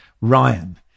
Ryan